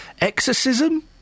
exorcism